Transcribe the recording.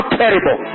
terrible